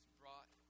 brought